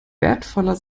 wertvoller